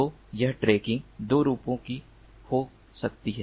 तो यह ट्रैकिंग 2 रूपों की हो सकती है